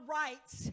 rights